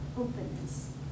Openness